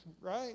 right